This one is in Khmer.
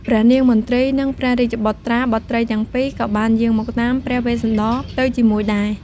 ព្រះនាងមទ្រី និងព្រះរាជបុត្រាបុត្រីទាំងពីរ ក៏បានយាងតាមព្រះវេស្សន្តរទៅជាមួយដែរ។